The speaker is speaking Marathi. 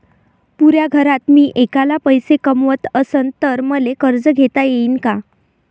पुऱ्या घरात मी ऐकला पैसे कमवत असन तर मले कर्ज घेता येईन का?